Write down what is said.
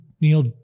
Neil